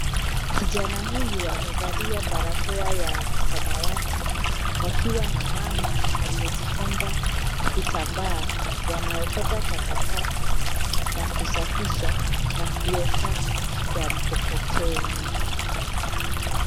Kijana huyu amevalia barakoa ya samawati wakiwa na mama aliyejifunga kitambaa. Wanaokota takataka na kusafisha na kuweka kwa mkokoteni.